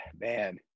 man